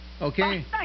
Okay